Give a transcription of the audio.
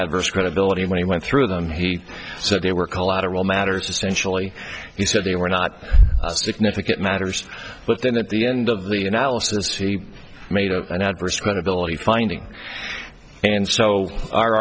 adverse credibility when he went through them he said they were collateral matter to sensually he said they were not significant matters but then at the end of the analysis to be made an adverse credibility finding and so our